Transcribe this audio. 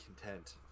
content